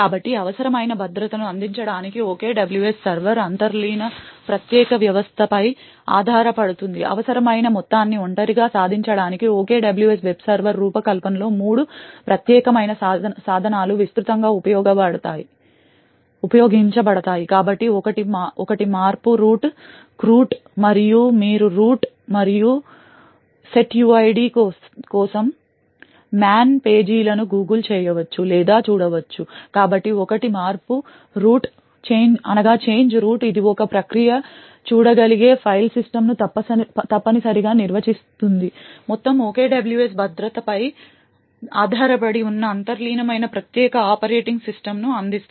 కాబట్టి అవసరమైన భద్రతను అందించడానికి OKWS సర్వర్ అంతర్లీన ప్రత్యేక వ్యవస్థపై ఆధారపడుతుంది అవసరమైన మొత్తాన్ని ఒంటరిగా సాధించడానికి OKWS వెబ్ సర్వర్ రూపకల్పనలో మూడు ప్రత్యేకమైన సాధనాలు విస్తృతంగా ఉపయోగించబడతాయి కాబట్టి ఒకటి మార్పు రూట్ క్రూట్ మరియు మీరు రూట్ మరియు setuid కోసం మ్యాన్ పేజీలను గూగుల్ చేయవచ్చు లేదా చూడవచ్చు కాబట్టి ఒకటి మార్పు రూట్ ఇది ఒక ప్రక్రియ చూడగలిగే ఫైల్ సిస్టమ్ను తప్పనిసరిగా నిర్వచిస్తుంది మొత్తం OKWS భద్రత భద్రతపై ఆధారపడి ఉన్న అంతర్లీనమైన ప్రత్యేక ఆపరేటింగ్ సిస్టమ్ అందిస్తుంది